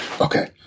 Okay